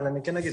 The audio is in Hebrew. אני כן אגיד,